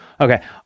okay